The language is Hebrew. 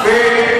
תמכת,